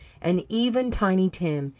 and even tiny tim,